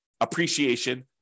appreciation